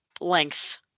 length